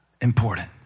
important